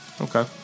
Okay